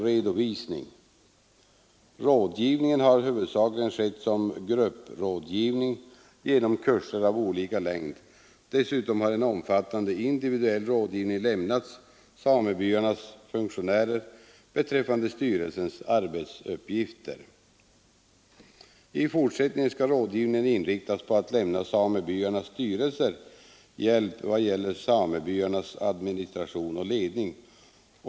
Kursprogrammen har i huvudsak behandlat samebyarnas ekonomi och redovisning. Dessutom har en omfattande individuell rådgivning lämnats samebyarnas funktionärer beträffande styrelsens arbetsuppgifter. I fortsättningen skall rådgivningen inriktas på att lämna samebyarnas styrelser hjälp med samebyarnas administration och ledning.